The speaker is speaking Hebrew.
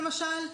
למשל,